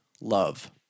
love